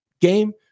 game